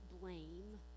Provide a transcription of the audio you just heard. blame